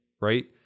right